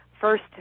first